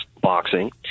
boxing